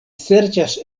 serĉas